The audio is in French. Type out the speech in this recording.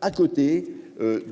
à côté